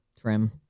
trim